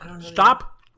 Stop